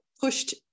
pushed